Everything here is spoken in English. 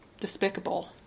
despicable